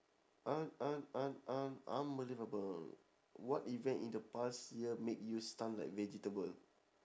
un~ un~ un~ un~ unbelievable what event in the past year make you stun like vegetable